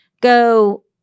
go